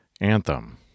Anthem